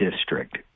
district